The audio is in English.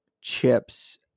chips